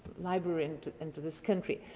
library and and to this country.